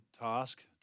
task